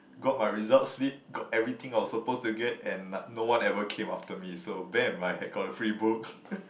got my result slip got everything I was suppose to get and no one ever came after me so I had got free books